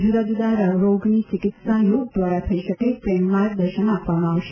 જુદાજુદા રોગોની ચિકીત્સા યોગ દ્વારા થઇ શકે તેનું માર્ગદર્શન આપવામાં આવશે